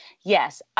Yes